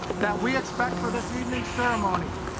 that we expect for this evening ceremony,